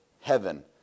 heaven